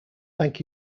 thank